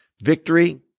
victory